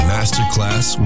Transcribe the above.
Masterclass